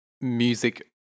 music